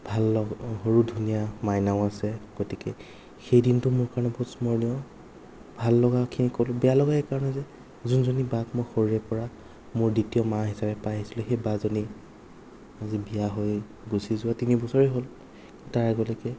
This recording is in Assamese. ভাল লগা সৰু ধুনীয়া মাইনাও আছে গতিকে সেই দিনটো মোৰ কাৰণে বহু স্মৰণীয় ভাল লগাখিনি ক'লো বেয়া লগা এই কাৰণে যে যোনজনী বাক মই সৰুৰে পৰা মোৰ দ্বিতীয় মা হিচাপে পাই আহিছিলোঁ সেই বাজনী আজি বিয়া হৈ গুচি যোৱা তিনি বছৰে হ'ল তাৰ আগলৈকে